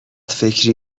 فکری